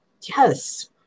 yes